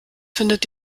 findet